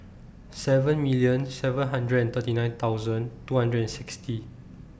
seven million seven hundred and thirty nine thousand two hundred and sixty